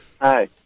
Hi